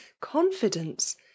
confidence